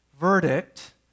verdict